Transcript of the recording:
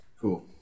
Cool